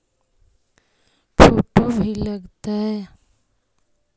Photo भी लग तै?